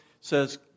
says